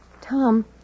Tom